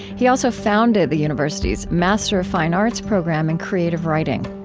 he also founded the university's master of fine arts program in creative writing.